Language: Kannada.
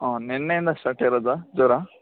ಹಾಂ ನಿನ್ನೆಯಿಂದ ಸ್ಟಾರ್ಟಿರೋದ ಜ್ವರ